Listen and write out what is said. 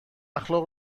اخلاق